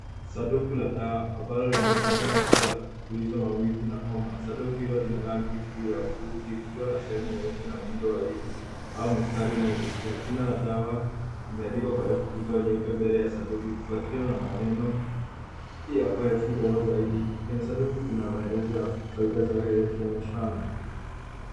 Sanduki la dawa ambao linaonekana kuwa la kutuliza maumivu na homa. Sanduki hilo lina rangi kuu ya bluu, ikiwa na sehemu na muundo wa au mistari unaofutia. Jina la dawa imeandikwa kwa herufi kubwa nyeupe mbele ya sanduku ikifwatiliwa na maneno ya kuwa herufi ndogo zaidi. Kwenye sanduku kuna maelezo ya faida zake yakionyeshana.